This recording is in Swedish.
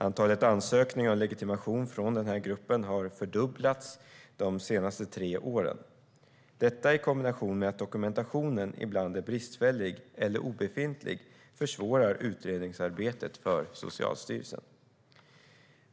Antalet ansökningar om legitimation från den här gruppen har fördubblats de senaste tre åren. Detta i kombination med att dokumentationen ibland är bristfällig eller obefintlig försvårar utredningsarbetet för Socialstyrelsen.